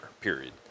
period